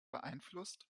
beeinflusst